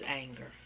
anger